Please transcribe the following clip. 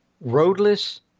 roadless